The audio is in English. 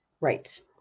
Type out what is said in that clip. Right